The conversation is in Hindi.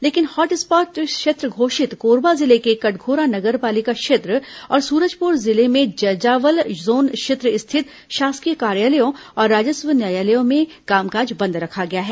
लेकिन हॉट स्पॉट क्षेत्र घोषित कोरबा जिले के कटघोरा नगर पालिका क्षेत्र और सूरजपुर जिले में जजावल जोन क्षेत्र स्थित शासकीय कार्यालयों और राजस्व न्यायालयों में कामकाज बंद रखा गया है